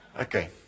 Okay